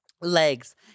Legs